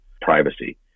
privacy